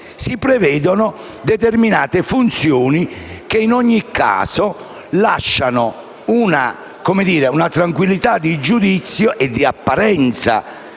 si prevedono determinate funzioni che, in ogni caso, lasciano una tranquillità di giudizio e di apparenza